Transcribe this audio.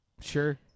Sure